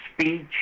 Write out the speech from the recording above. speech